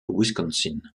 wisconsin